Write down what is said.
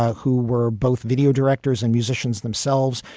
who were both video directors and musicians themselves.